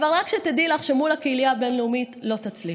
אבל רק שתדעי לך שמול הקהילייה הבין-לאומית לא תצליחו.